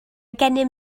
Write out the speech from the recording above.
gennym